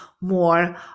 more